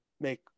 make